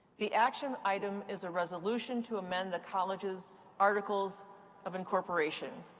the action item is a resolution to amend the college's articles of incorporation.